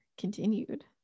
continued